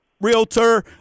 realtor